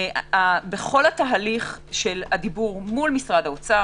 בכל התהליך של הדיבור מול משרד האוצר,